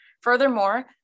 Furthermore